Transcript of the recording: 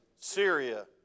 Syria